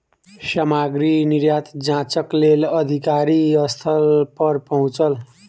सामग्री निर्यात जांचक लेल अधिकारी स्थल पर पहुँचल